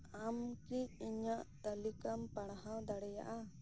ᱟᱢ ᱠᱤ ᱤᱧᱟᱹᱜ ᱛᱟᱞᱤᱠᱟᱢ ᱯᱟᱲᱦᱟᱣ ᱫᱟᱲᱮᱭᱟᱜᱼᱟ